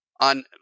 on